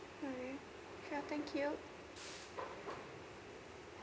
alright sure thank you